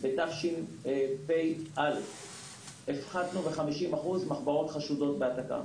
בתשפ"א הפחתנו ב-50% מחברות חשודות בהעתקה.